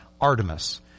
Artemis